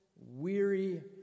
weary